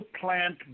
plant